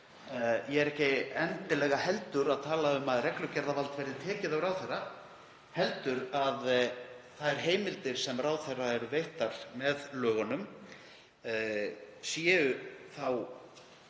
Ég er ekki heldur endilega að tala um að reglugerðarvald verði tekið af ráðherra heldur að þær heimildir sem ráðherra eru veittar með lögunum séu